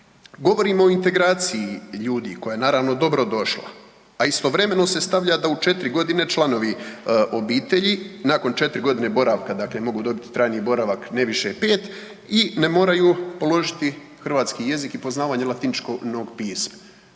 Govorimo o integraciji ljudi koja je naravno dobrodošla, a istovremeno se stavlja da u četiri godine članovi obitelji nakon četiri godine boravka mogu dobiti trajni boravak, ne više pet i ne moraju položiti hrvatski jezik i poznavanje latiničnog pisma.